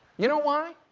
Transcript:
you know why?